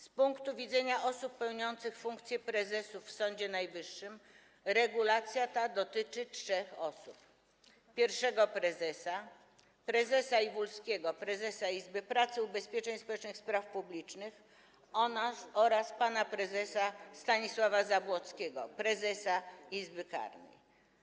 Z punktu widzenia osób pełniących funkcje prezesów w Sądzie Najwyższym regulacja ta dotyczy trzech osób: pierwszego prezesa, pana prezesa Józefa Iwulskiego, prezesa Izby Pracy, Ubezpieczeń Społecznych i Spraw Publicznych, oraz pana prezesa Stanisława Zabłockiego, prezesa Izby Karnej.